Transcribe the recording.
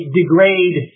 degrade